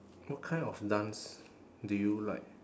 what kind of dance do you like